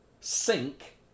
sink